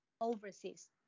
overseas